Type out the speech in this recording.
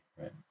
right